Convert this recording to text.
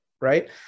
right